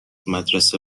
مدرسه